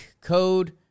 Code